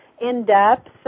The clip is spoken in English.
in-depth